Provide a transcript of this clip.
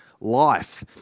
life